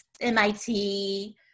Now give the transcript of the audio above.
MIT